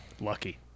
lucky